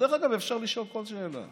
ודרך אגב, אפשר לשאול כל שאלה.